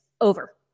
over